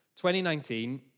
2019